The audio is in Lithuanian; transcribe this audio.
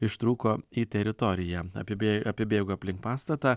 ištrūko į teritoriją apibė apibėgo aplink pastatą